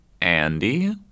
Andy